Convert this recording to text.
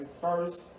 first